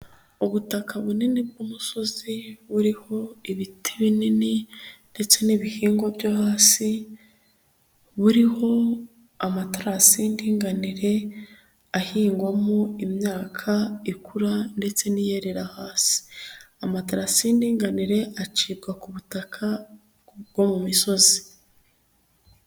Ubutaka bunini bw'umusozi buriho ibiti binini ndetse n'ibihingwa byo hasi, buriho amatarasi y'indinganire, ahingwamo imyaka ikura ndetse n'iyerera hasi. Amaterasi y'inganire acibwa ku butaka bwo mu misozi.